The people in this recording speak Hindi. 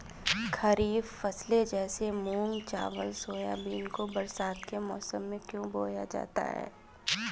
खरीफ फसले जैसे मूंग चावल सोयाबीन को बरसात के समय में क्यो बोया जाता है?